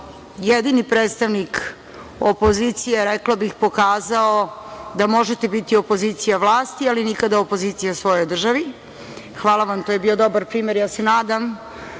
jedini predstavnik opozicije, rekla bih, pokazao da možete biti opozicija vlasti, ali nikada opozicija svojoj državi. Hvala vam, to je bio dobar primer. Nadam